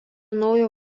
naujo